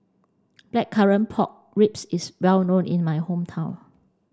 blackcurrant pork ribs is well known in my hometown